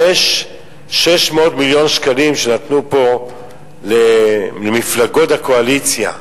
יש 600 מיליון שקלים שנתנו פה למפלגות הקואליציה.